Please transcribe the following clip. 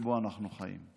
שבו אנחנו חיים.